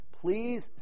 Please